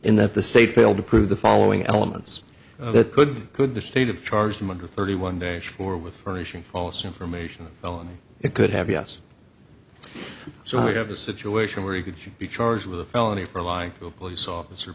in that the state failed to prove the following elements that could could the state of charge him under thirty one days for with furnishing false information alone it could have yes so i have a situation where you could be charged with a felony for lying to a police officer